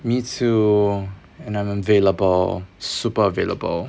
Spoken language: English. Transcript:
me too and I'm available super available